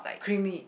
creamy